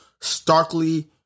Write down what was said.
starkly